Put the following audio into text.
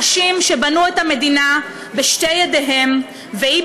אנשים שבנו את המדינה בשתי ידיהם והיא,